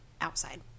outside